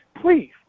Please